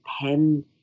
pen